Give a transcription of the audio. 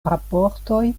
raportoj